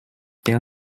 their